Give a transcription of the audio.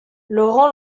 laurent